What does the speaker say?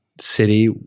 city